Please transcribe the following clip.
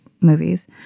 movies